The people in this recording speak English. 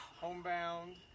homebound